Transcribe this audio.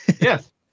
Yes